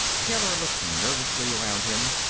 taylor looked nervously around him.